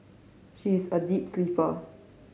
she is a deep sleeper